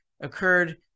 occurred